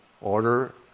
Order